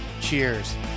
cheers